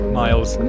miles